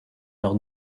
leur